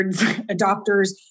adopters